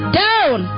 down